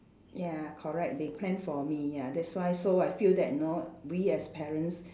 ya correct they plan for me ya that's why so I feel that you know we as parents